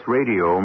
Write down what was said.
Radio